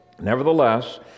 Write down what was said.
nevertheless